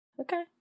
Okay